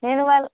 నేను వాల్